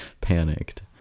panicked